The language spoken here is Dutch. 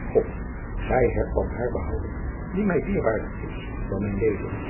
god gij hebt dan haar behouden die mij dierbaarder is dan mijn leven